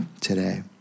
today